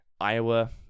Iowa